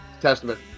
Testament